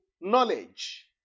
knowledge